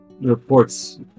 reports